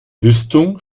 rüstung